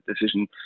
decision